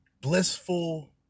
blissful